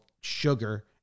sugar